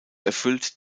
erfüllt